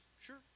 sure